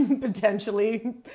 potentially